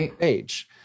age